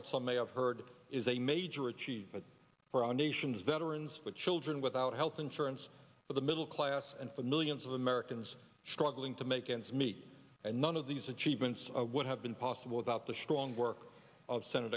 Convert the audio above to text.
what some may have heard is a major achievement for our nation's veterans with children without health insurance for the middle class and for the millions of americans struggling to make ends meet and none of these achievements would have been possible without the strong work of sen